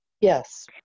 Yes